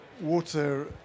water